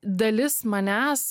dalis manęs